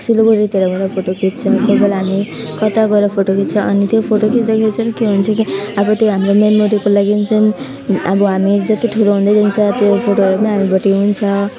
सिलिगुडीतिर गएर फोटो खिच्छ कोही बेला हामी कता गएर फोटो खिच्छ अनि त्यो फोटो खिच्दाखेरि चाहिँ के हुन्छ कि अब त्यो हाम्रो मेमोरीको लागिन् चाहिँ अब हामी जति ठुलो हुँदै जान्छ त्यो फोटोहरूमा पनि